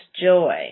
Joy